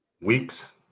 weeks